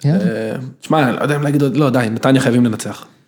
אה... תשמע, לא יודע אם להגיד עוד... לא, עדיין, נתניה חייבים לנצח.